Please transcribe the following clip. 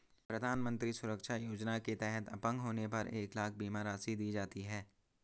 प्रधानमंत्री सुरक्षा योजना के तहत अपंग होने पर एक लाख बीमा राशि दी जाती है